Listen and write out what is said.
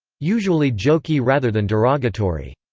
usually jokey rather than derogatory.